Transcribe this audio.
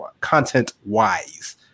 content-wise